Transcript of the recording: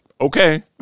Okay